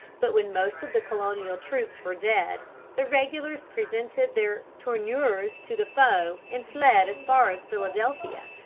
but when most of the colonial troops were dead the regulars presented their tournures to the foe and fled as far as philadelphia,